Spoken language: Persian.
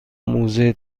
موزه